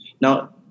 Now